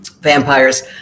vampires